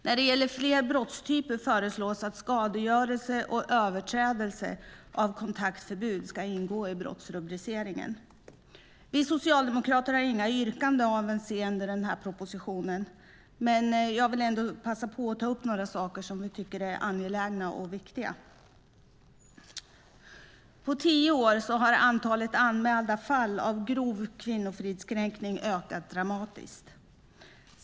När det gäller fler brottstyper föreslås att skadegörelse och överträdelse av kontaktförbud ska ingå i brottsrubriceringen. Vi socialdemokrater har inga yrkanden avseende denna proposition, men jag vill ändå passa på att upp några saker som vi tycker är angelägna och viktiga. På tio år har antalet anmälda fall av grov kvinnofridskränkning ökat dramatiskt.